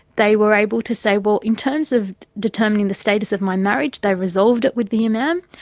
they were able to say well in terms of determining the status of my marriage, they resolved it with the imam.